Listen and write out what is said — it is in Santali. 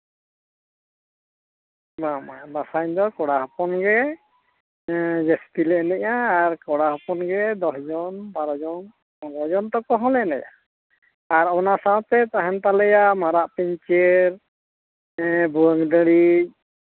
ᱵᱟᱝ ᱵᱟᱝ ᱫᱟᱸᱥᱟᱭ ᱫᱚ ᱠᱚᱲᱟ ᱦᱚᱯᱚᱱ ᱜᱮ ᱡᱟᱹᱥᱛᱤ ᱞᱮ ᱮᱱᱮᱡᱼᱟ ᱟᱨ ᱠᱚᱲᱟ ᱦᱚᱯᱚᱱ ᱜᱮ ᱫᱚᱥ ᱡᱚᱱ ᱵᱟᱨᱚ ᱡᱚᱱ ᱯᱚᱱᱨᱚ ᱡᱚᱱ ᱛᱚᱠᱠᱚ ᱦᱚᱸᱞᱮ ᱮᱱᱮᱡᱼᱟ ᱟᱨ ᱚᱱᱟ ᱥᱟᱶᱛᱮ ᱛᱟᱦᱮᱱ ᱛᱟᱞᱮᱭᱟ ᱢᱟᱨᱟᱜ ᱯᱤᱧᱪᱟᱹᱨ ᱵᱷᱩᱣᱟᱹᱝ ᱰᱟᱹᱬᱤᱡ